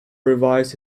revised